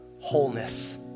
Wholeness